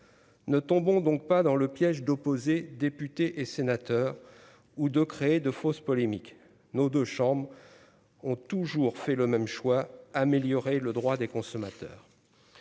Ne tombons donc pas dans le piège d'opposer, députés et sénateurs ou de créer de fausses polémiques nos 2 chambres ont toujours fait le même choix, améliorer le droit des consommateurs.